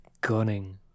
gunning